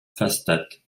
pfastatt